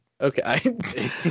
Okay